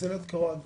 רוצה להיות כדורגלן,